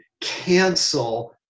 cancel